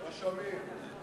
לא שומעים.